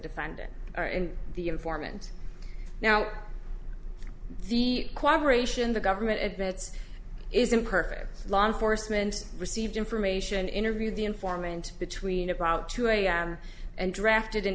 defendant or in the informant now the cooperation the government admits is imperfect law enforcement received information interviewed the informant between about two am and drafted and